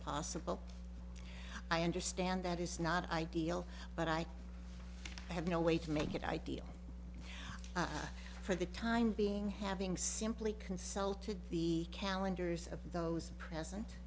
possible i understand that is not ideal but i have no way to make it ideal for the time being having simply consulted the calendars of those